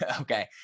Okay